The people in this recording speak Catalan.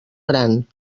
gran